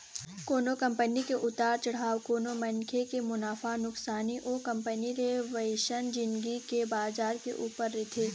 कोनो कंपनी के उतार चढ़ाव कोनो मनखे के मुनाफा नुकसानी ओ कंपनी ले बनइया जिनिस के बजार के ऊपर रहिथे